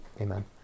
Amen